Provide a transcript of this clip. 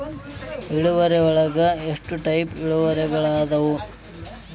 ಇಳುವರಿಯೊಳಗ ಎಷ್ಟ ಟೈಪ್ಸ್ ಇಳುವರಿಗಳಾದವ